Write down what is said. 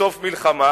בסוף מלחמה,